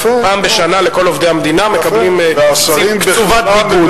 פעם בשנה כל עובדי המדינה מקבלים קצובת ביגוד.